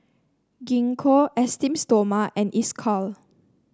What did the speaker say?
Gingko Esteem Stoma and Isocal